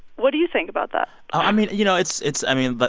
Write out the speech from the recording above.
what do you think about that? i mean, you know, it's it's i mean, but